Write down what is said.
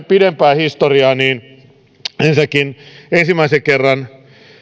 pidempää historiaa niin ensinnäkin ensimmäisen kerran tämä